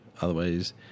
otherwise